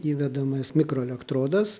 įvedamas mikroelektrodas